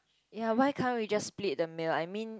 ya why can't we just split the meal I mean